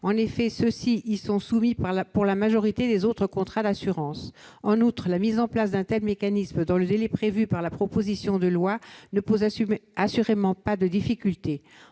En effet, ceux-ci y sont soumis pour la majorité des autres contrats d'assurance. En outre, la mise en place d'un tel mécanisme dans le délai prévu par la proposition de loi ne pose assurément pas de difficultés.